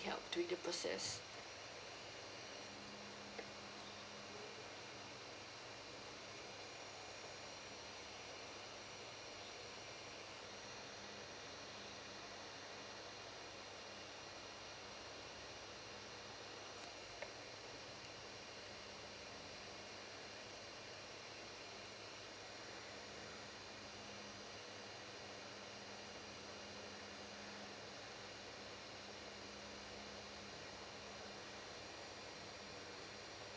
help during the process